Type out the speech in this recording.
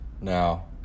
Now